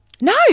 No